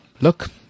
look